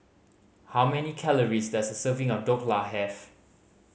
how many calories does a serving of Dhokla have